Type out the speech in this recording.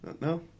no